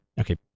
Okay